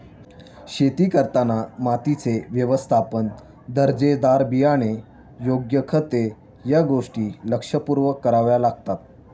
शेती करताना मातीचे व्यवस्थापन, दर्जेदार बियाणे, योग्य खते या गोष्टी लक्षपूर्वक कराव्या लागतात